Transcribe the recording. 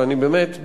ובאמת,